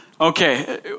Okay